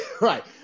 Right